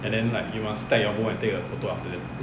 and then like you must stack your bowl and take a photo after that